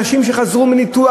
אנשים שחזרו מניתוח,